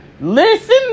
Listen